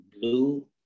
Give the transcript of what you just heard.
blue